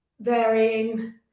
Varying